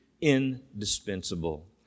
indispensable